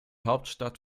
hauptstadt